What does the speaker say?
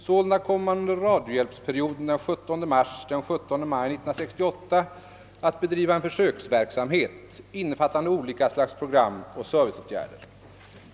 Sålunda kommer man under radiohjälpsperioden den 17 mars—den 17 maj 1968 att bedriva en försöksverksamhet innefattande olika slags program och serviceåtgärder.